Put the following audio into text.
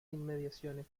inmediaciones